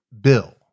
bill